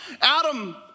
Adam